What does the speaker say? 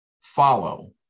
follow